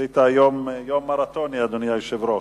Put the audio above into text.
עשית היום יום מרתוני, אדוני היושב-ראש.